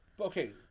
Okay